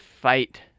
fight